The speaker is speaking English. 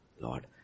Lord